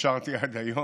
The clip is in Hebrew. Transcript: נשארתי עד היום,